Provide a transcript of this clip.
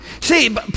See